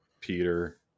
Peter